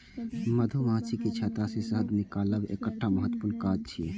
मधुमाछीक छत्ता सं शहद निकालब एकटा महत्वपूर्ण काज छियै